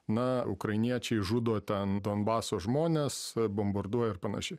na ukrainiečiai žudo ten donbaso žmones bombarduoja ir panašiai